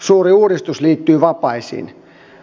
suuri uudistus liittyy vapaisiin